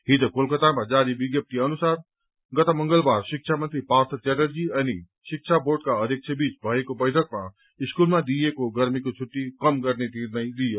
हिज कलकतामा जारी विज्ञप्ती अनुसार गत मंगलबार शिक्षा मन्त्री पार्थ च्याटर्जी अनि शिक्षा बोर्डका अध्यक्षनी भएको बैठकमा स्कूलमा दिइएको गर्मीको छुट्टी कम गर्ने निर्णय लिइयो